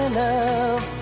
love